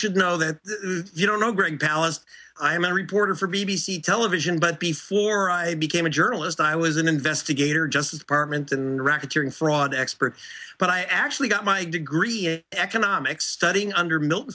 should know that you don't know greg palast i am a reporter for b b c television but before i became a journalist i was an investigator justice department in the racketeering fraud expert but i actually got my degree in economics studying under mil